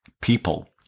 people